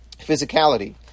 physicality